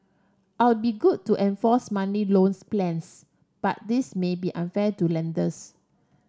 I'll be good to enforce monthly loans plans but this may be unfair to lenders